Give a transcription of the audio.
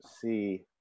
see